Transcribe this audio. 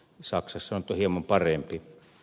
saksassa on hieman parempi